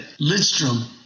Lidstrom